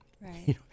right